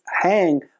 hang